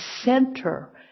center